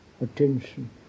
attention